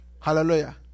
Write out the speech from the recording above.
Hallelujah